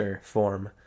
form